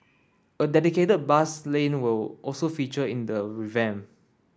a dedicated bus lane will also feature in the revamp